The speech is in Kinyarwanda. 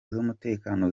z’umutekano